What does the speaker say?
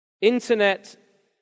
Internet